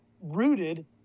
rooted